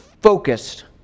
focused